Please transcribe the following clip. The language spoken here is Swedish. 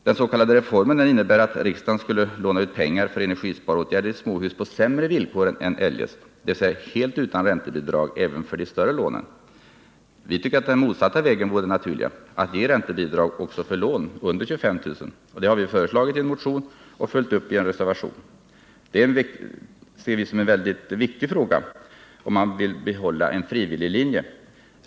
Den s.k. reformen innebär att riksdagen skulle låna ut pengar för energisparåtgärder i småhus på sämre villkor än eljest — dvs. helt utan räntebidrag även för de större lånen. Vi tycker att den motsatta vägen vore den naturliga — att ge räntebidrag också för lån under 25 000 kr. Det har vi föreslagit i en motion och följt upp i en reservation. Det ser vi som en mycket viktig fråga om man vill behålla en frivillig linje.